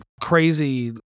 crazy